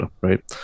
right